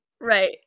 Right